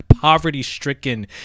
poverty-stricken